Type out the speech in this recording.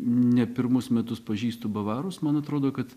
ne pirmus metus pažįstu bavarus man atrodo kad